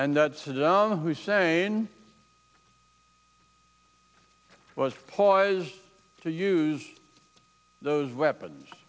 and that saddam hussein poised to use those weapons